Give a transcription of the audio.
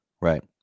Right